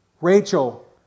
Rachel